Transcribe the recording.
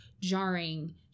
jarring